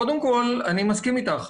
קודם כל, אני מסכים אתך.